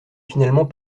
finalement